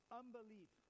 unbelief